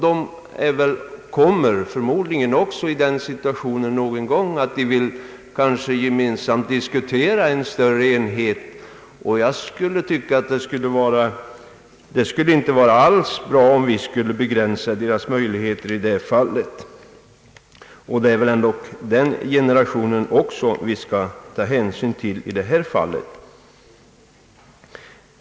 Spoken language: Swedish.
De kommer förmodligen också att hamna i den situationen någon gång att de gemensamt vill diskutera en större enhet. Det skulle inte alls vara bra om vi begränsade deras möjligheter i det fallet. Vi skall väl ändå ta hänsyn även till den generationen. Herr talman!